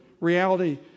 reality